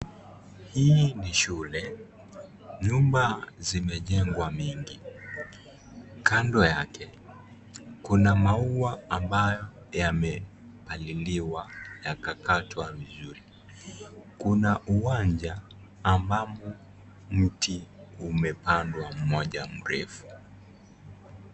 Hii ni shule nyumba zimejengwa mingi . Kando yake kuna maua ambayo yamepaliliwa yakakatwa vizuri , kuna uwanja ambamo mti umepandwa mmoja mrefu.